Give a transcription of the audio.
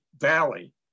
valley